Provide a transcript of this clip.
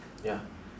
ya